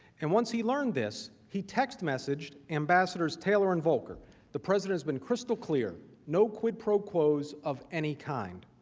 and once he learned this he text message ambassadors taylor and voelker the president has been crystal clear no quit pro quote of any kind.